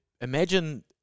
imagine